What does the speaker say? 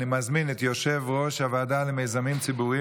אני מזמין את יושב-ראש הוועדה למיזמים ציבוריים